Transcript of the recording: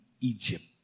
Egypt